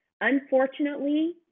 unfortunately